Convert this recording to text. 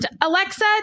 Alexa